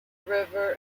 river